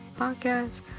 podcast